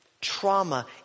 trauma